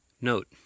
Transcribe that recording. Note